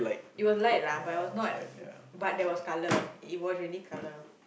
it was light lah but it was not but there was colour it was really colour